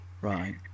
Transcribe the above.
right